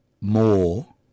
more